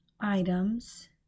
items